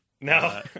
No